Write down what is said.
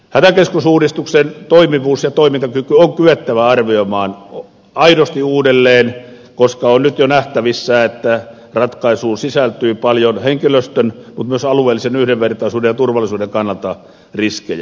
hätäkeskusuudistuksen toimivuus ja toimintakyky on kyettävä arvioimaan aidosti uudelleen koska on nyt jo nähtävissä että ratkaisuun sisältyy paljon henkilöstön mutta myös alueellisen yhdenvertaisuuden ja turvallisuuden kannalta riskejä